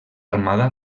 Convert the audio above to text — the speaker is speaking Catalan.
armada